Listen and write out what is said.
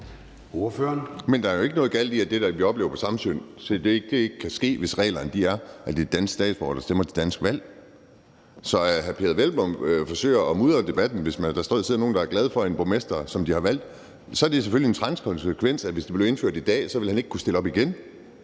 Men der er jo ikke noget galt i, at det, vi oplever på Samsø, ikke kan ske, hvis reglerne er, at det er danske statsborgere, der stemmer til danske valg. Så hr. Peder Hvelplund forsøger at mudre debatten. Så hvis der sidder nogle, der er glade for en borgmester, som de har valgt, er det selvfølgelig en træls konsekvens, at han ikke ville kunne stille op igen,